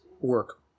work